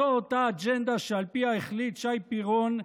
זו אותה אג'נדה שעל פיה החליט שי פירון,